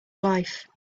life